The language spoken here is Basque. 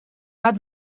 bat